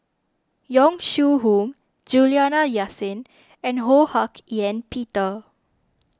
Yong Shu Hoong Juliana Yasin and Ho Hak Ean Peter